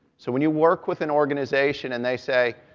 so when you work with an organization and they say,